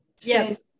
yes